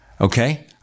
okay